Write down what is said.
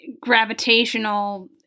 gravitational